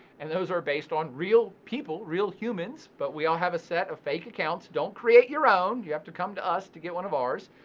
and those are based on real people, real humans, but we all have a set of fake accounts. don't create your own. you have to come to us to get one of ours.